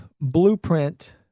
blueprint